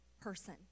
person